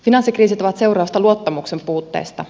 finanssikriisit ovat seurausta luottamuksen puutteesta